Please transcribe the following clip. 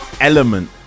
element